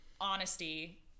honesty